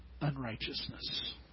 unrighteousness